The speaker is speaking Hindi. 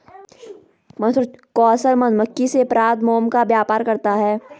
कौशल मधुमक्खी से प्राप्त मोम का व्यापार करता है